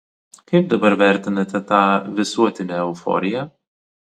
kaip dabar vertinate tą visuotinę euforiją